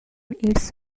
its